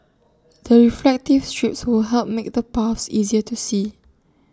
the reflective strips would help make the paths easier to see